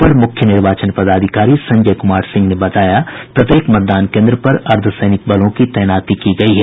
अपर मुख्य निर्वाचन पदाधिकारी संजय कुमार सिंह ने बताया कि सुरक्षा की द्रष्टि से प्रत्येक मतदान केन्द्र पर अर्द्वसैनिक बलों की तैनाती की गयी है